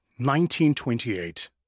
1928